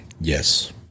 Yes